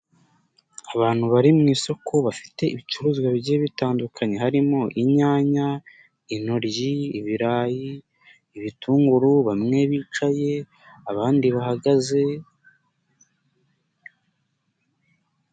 Abantu bari mu isoko bafite ibicuruzwa bigiye bitandukanye harimo: inyanya, intoryi, ibirayi, ibitunguru, bamwe bicaye abandi bahagaze.